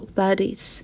bodies